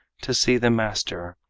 to see the master,